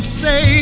say